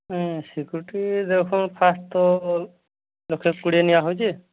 security ଦେଖ first ତ ଲକ୍ଷେ କୋଡ଼ିଏ ନିଆହେଉଛି